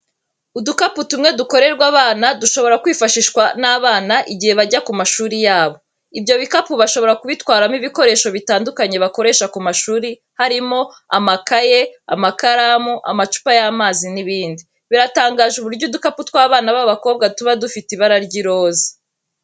Udukapu tumwe dukorerwa abana dushobora kwifashishwa n'abana igihe bajya ku mashuri yabo. Ibyo bikapu bashobora kubitwaramo ibikoresho bitandukanye bakoresha ku mashuri harimo: amakaye, amakaramu, amacupa y'amazi n'ibindi. Biratangaje uburyo udukapu tw'abana b'abakobwa tuba dufite ibara ry'iroza.